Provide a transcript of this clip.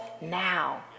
now